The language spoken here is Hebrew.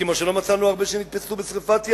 כמו שלא מצאנו הרבה שנתפסו בשרפת יערות,